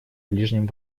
ближнем